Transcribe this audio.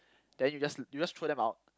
then you just you just throw them out